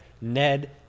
Ned